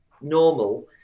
normal